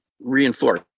reinforce